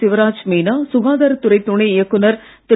சிவராஜ் மீனா சுகாதாரத் துறை துணை இயக்குநர் திரு